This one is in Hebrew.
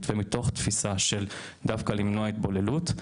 ומתוך תפיסה של דווקא למנוע התבוללות,